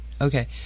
Okay